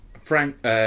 Frank